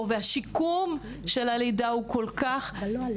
והשיקום של הלידה קל,